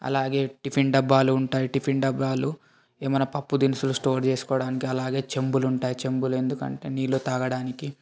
అలాగే టిఫిన్ డబ్బాలు ఉంటాయి టిఫిన్ డబ్బాలు ఏమన్నా పప్పు దినుసులు స్టోర్ చేసుకోడానికి అలాగే చెంబులుంటాయి చెంబులెందుకంటే నీళ్లు తాగడానికి